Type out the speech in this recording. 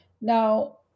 Now